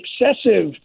excessive